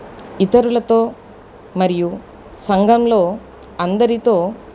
ఇతరులతో మరియు సంఘంలో అందరితో